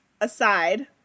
aside